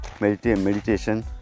meditation